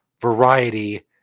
variety